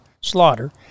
slaughter